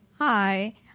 Hi